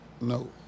No